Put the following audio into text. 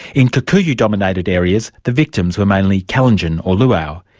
in kikuyu dominated areas, the victims were mainly kalenjin or luo.